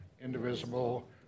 indivisible